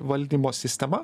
valdymo sistema